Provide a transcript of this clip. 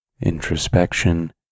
introspection